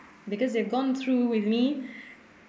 because they've gone through with me